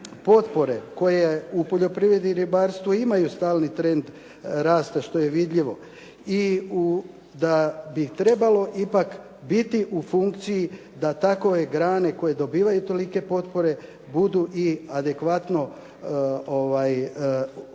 koje u poljoprivredi i ribarstvu imaju stalni trend rasta što je vidljivo i u da bi trebalo ipak biti u funkciji da takove grane koje dobivaju te potpore i adekvatno, imaju